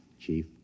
Chief